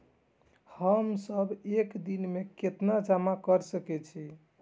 हम सब एक दिन में केतना जमा कर सके छी?